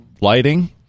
lighting